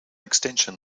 extension